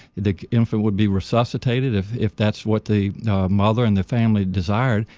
the infant would be resuscitated if if that's what the mother and the family desired.